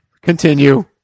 Continue